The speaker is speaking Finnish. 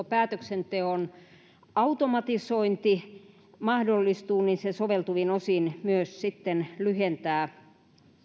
päätöksenteon automatisointi mahdollistuu niin se soveltuvin osin myös sitten lyhentää